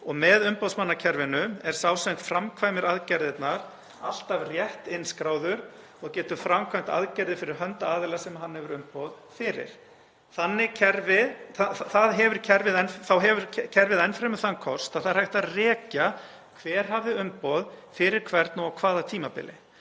og með umboðsmannakerfinu er sá sem framkvæmir aðgerðirnar alltaf rétt innskráður og getur framkvæmt aðgerðir fyrir hönd aðila sem hann hefur umboð fyrir. Þá hefur kerfið enn fremur þann kost að það er hægt að rekja hver hefur umboð fyrir hvern og á hvaða tímabili.